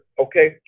okay